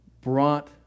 brought